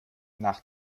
nach